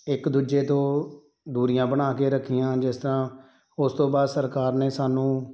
ਇੱਕ ਦੂਜੇ ਤੋਂ ਦੂਰੀਆਂ ਬਣਾ ਕੇ ਰੱਖੀਆਂ ਜਿਸ ਤਰ੍ਹਾਂ ਉਸ ਤੋਂ ਬਾਅਦ ਸਰਕਾਰ ਨੇ ਸਾਨੂੰ